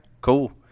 cool